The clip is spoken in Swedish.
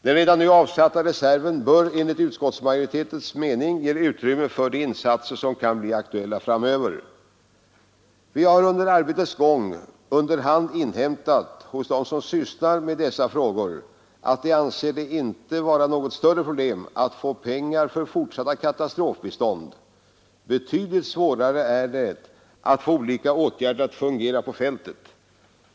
Den redan nu avsatta reserven bör enligt utskottsmajoritetens mening ge utrymme för de insatser som kan bli aktuella framöver. Vi har under arbetets gång under hand inhämtat hos dem som sysslar med dessa frågor att de inte anser det vara något större problem att få pengar för fortsatt katastrofbistånd. Betydligt svårare är det att få olika åtgärder att fungera på fältet.